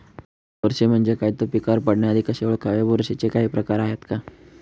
बुरशी म्हणजे काय? तो पिकावर पडण्याआधी कसे ओळखावे? बुरशीचे काही प्रकार आहेत का?